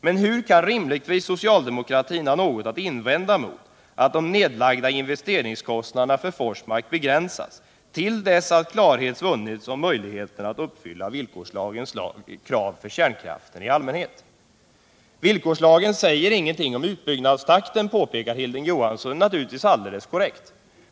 Men hur kan socialdemokraterna ha något att invända mot att de nedlagda investeringarna för Forsmark begränsas till dess att klarhet vunnits om möjligheterna att uppfylla villkorslagens krav för kärnkraften i allmänhet? Villkorslagen säger ingenting om utbyggnadstakten, påpekar Hilding Johansson, och det är naturligtvis alldeles korrekt.